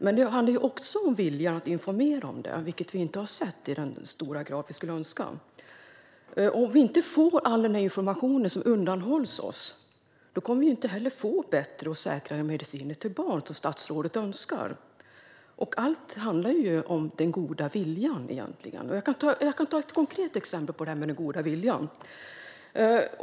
Men det handlar också om viljan att informera om det, vilket vi inte har sett i den höga grad vi skulle önska. Om vi inte får all den information som undanhålls oss kommer vi inte heller att få bättre och säkrare mediciner till barn som statsrådet önskar. Allt handlar egentligen om den goda viljan. Jag kan ta ett konkret exempel om den goda viljan.